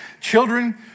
Children